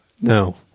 No